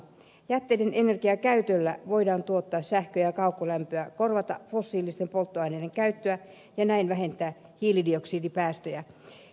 jätteiden energiakäytöllä voidaan tuottaa sähköä ja kaukolämpöä korvata fossiilisten polttoaineiden käyttöä ja näin vähentää hiilidioksidipäästöjä